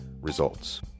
Results